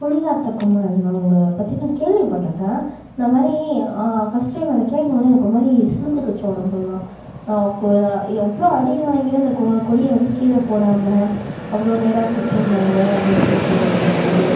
கொடி காத்த குமரன் அவங்கள பற்றி நான் கேள்விப்பட்டிருக்கேன் இந்தமாதிரி ஃபஸ்ட் டைம் அதை கேட்கும்போது எனக்கு ஒரு மாதிரி சிலுத்துக்கிச்சு உடம்பெல்லாம் எவ்வளோ அடிவாங்கியும் அந்த கொ கொடியை வந்து கீழே போடாமல் அவ்வளோ நேராக பிடிச்சிருந்தாங்க அப்படின்னு சொல்லி கேள்விப்படும்போது